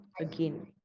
again